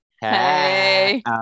Hey